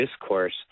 discourse